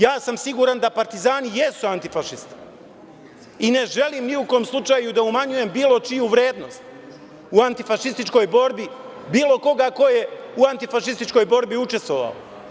Ja sam siguran da partizani jesu antifašisti i ne želim ni u kom slučaju da umanjujem bilo čiju vrednost u antifašističkoj borbi bilo koga ko je u antifašističkoj borbi učestvovao.